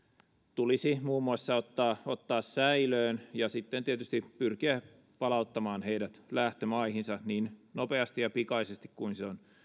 tulisi muun muassa ottaa ottaa säilöön ja sitten tietysti pyrkiä palauttamaan heidät lähtömaihinsa niin nopeasti ja pikaisesti kuin se on